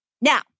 Now